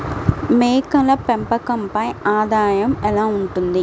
మేకల పెంపకంపై ఆదాయం ఎలా ఉంటుంది?